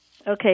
Okay